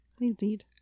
indeed